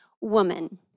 woman